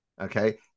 Okay